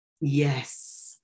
Yes